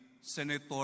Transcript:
Senator